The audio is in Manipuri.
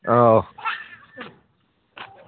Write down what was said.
ꯑꯥꯎ